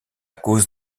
cause